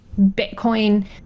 Bitcoin